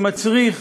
שמצריך